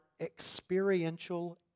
experiential